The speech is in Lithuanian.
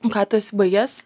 o ką tu esi baigęs